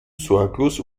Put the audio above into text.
sorglos